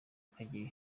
kageyo